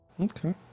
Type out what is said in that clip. Okay